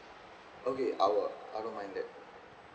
okay I will I don't mind that